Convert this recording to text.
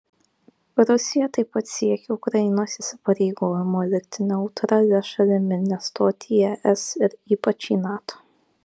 rusija taip pat siekia ukrainos įsipareigojimo likti neutralia šalimi nestoti į es ir ypač į nato